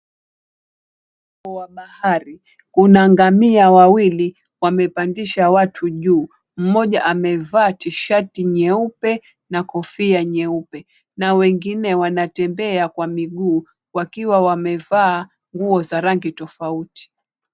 Kwa bahari kuna ngamia wawili wamepandisha watu juu, mmoja amevaa tishati nyeupe na kofia nyeupe, na wengine wanatembea kwa miguu wakiwa wamevaa nguo za rangi tofauti.